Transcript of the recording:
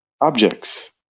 objects